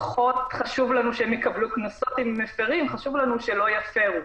פחות חשוב לנו שהם יקבלו קנסות אם הם מפרים חשוב לנו שלא יפרו.